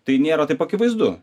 tai nėra taip akivaizdu